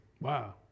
Wow